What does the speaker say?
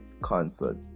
concert